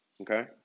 Okay